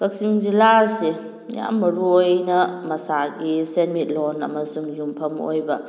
ꯀꯛꯆꯤꯡ ꯖꯤꯂꯥ ꯑꯁꯤ ꯌꯥꯝ ꯃꯔꯨ ꯑꯣꯏꯅ ꯃꯁꯥꯒꯤ ꯁꯦꯠꯃꯤꯠꯂꯣꯟ ꯑꯃꯁꯨꯡ ꯌꯨꯝꯐꯝ ꯑꯣꯏꯕ